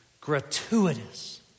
Gratuitous